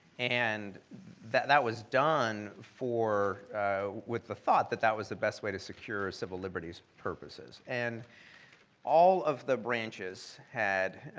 and that that was done with the thought that that was the best way to secure civil liberties purposes. and all of the branches had